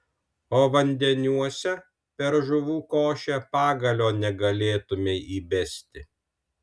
o vandeniuose per žuvų košę pagalio negalėtumei įbesti